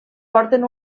porten